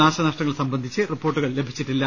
നാശനഷ്ടങ്ങൾ സംബന്ധിച്ച് റിപ്പോർട്ടുകൾ ലഭിച്ചിട്ടില്ല